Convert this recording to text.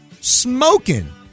smoking